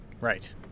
Right